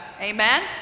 Amen